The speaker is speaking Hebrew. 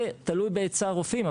זה תלוי בהיצע הרופאים.